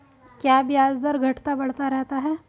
क्या ब्याज दर घटता बढ़ता रहता है?